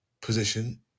position